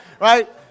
right